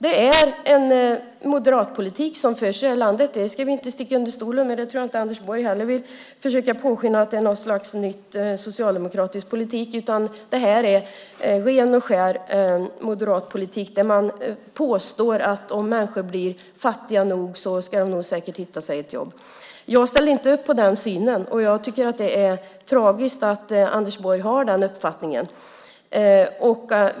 Det är en moderat politik som förs i det här landet. Det ska vi inte sticka under stol med. Jag tror inte heller att Anders Borg vill försöka påskina att detta är något slags socialdemokratisk politik, utan det är en ren och skär moderat politik där man påstår att om människor blir fattiga nog så ska de nog hitta sig ett jobb. Jag ställer inte upp på den synen, och jag tycker att det är tragiskt att Anders Borg har den uppfattningen.